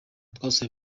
twasuye